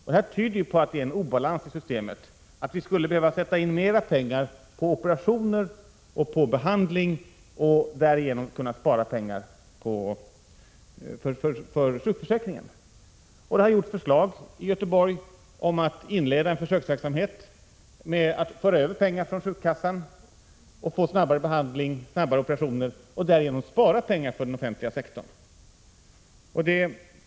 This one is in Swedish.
Det här tyder på att det finns en obalans i systemet, att vi skulle behöva sätta in mera pengar på operationer och behandling för att därigenom kunna spara pengar på sjukförsäkringen. Det har utarbetats ett förslag om att inleda en försöksverksamhet i Göteborg med att föra över pengar från sjukkassan för att få snabbare behandling och därigenom spara pengar för den offentliga sektorn.